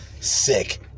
Sick